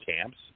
camps